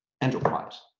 enterprise